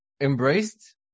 embraced